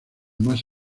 más